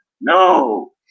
No